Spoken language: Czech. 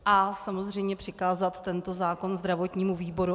A samozřejmě přikázat tento zákon zdravotnímu výboru.